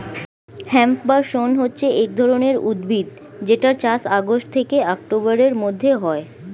hemp বা শণ হচ্ছে এক ধরণের উদ্ভিদ যেটার চাষ আগস্ট থেকে অক্টোবরের মধ্যে হয়